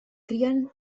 crien